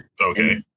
Okay